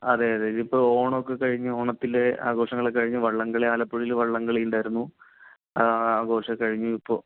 അതെയതെ ഇതിപ്പോൾ ഓണമൊക്കെ കഴിഞ്ഞു ഓണത്തിലെ ആഘോഷങ്ങളൊക്കെ കഴിഞ്ഞു വള്ളംകളി ആലപ്പുഴായിൽ വള്ളംകളി ഉണ്ടായിരുന്നു ആഘോഷമൊക്കെ കഴിഞ്ഞു ഇപ്പോൾ